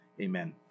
amen